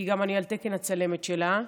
כי אני גם על תקן הצלמת שלה,